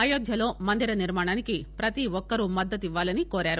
అయోధ్యలో మందిర నిర్మాణానికి ప్రతి ఒక్కరు మద్దతు ఇవ్వాలని కోరారు